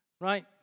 right